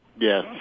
yes